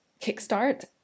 kickstart